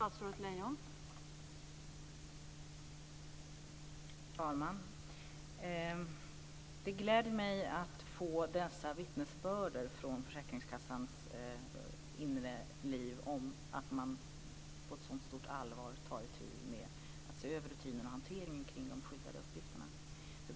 Fru talman! Det gläder mig att få dessa vittnesbörd från försäkringskassans inre liv om att man på ett sådant stort allvar tar itu med att se över rutinerna och hanteringen kring de skyddade uppgifterna.